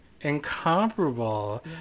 Incomparable